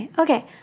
okay